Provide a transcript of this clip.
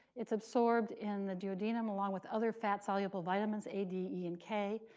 it's absorbed in the duodenum along with other fat-soluble vitamins a, d, e and k,